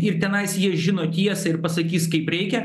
ir tenais jie žino tiesą ir pasakys kaip reikia